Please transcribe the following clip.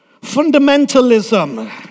Fundamentalism